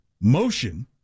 motion